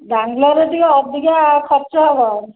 ବାଙ୍ଗଲୋର ରେ ଟିକେ ଅଧିକା ଖର୍ଚ୍ଚ ହେବ